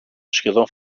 σχεδόν